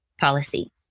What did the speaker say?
policy